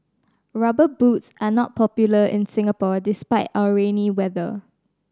Rubber Boots are not popular in Singapore despite our rainy weather